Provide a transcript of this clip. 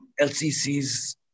LCCs